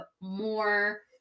more